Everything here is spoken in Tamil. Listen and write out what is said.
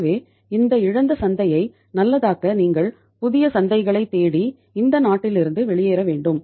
எனவே இந்த இழந்த சந்தையை நல்லதாக்க நீங்கள் புதிய சந்தைகளைத் தேடி இந்த நாட்டிலிருந்து வெளியேற வேண்டும்